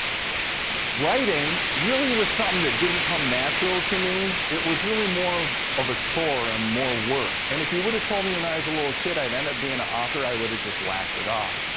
writing really was something that didn't come natural to me. it was really more of of a chore and more work, and if you would've told me when i was a little kid i'd end up being a author, i would've just laughed it off.